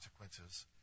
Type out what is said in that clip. consequences